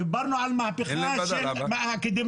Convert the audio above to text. דיברנו על המהפכה של האקדמאים,